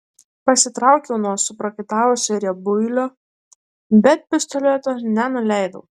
pasitraukiau nuo suprakaitavusio riebuilio bet pistoleto nenuleidau